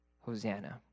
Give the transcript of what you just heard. Hosanna